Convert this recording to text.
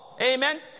Amen